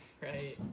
Right